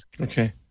Okay